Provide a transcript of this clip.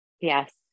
Yes